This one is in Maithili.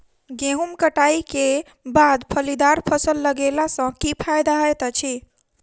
गेंहूँ कटाई केँ बाद फलीदार फसल लगेला सँ की फायदा हएत अछि?